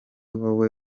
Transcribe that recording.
wowe